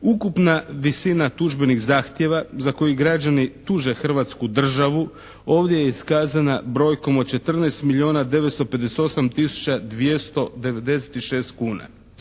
Ukupna visina tužbenih zahtjeva za koje građani tuže Hrvatsku državu ovdje je iskazana brojkom od 14 milijuna